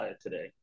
today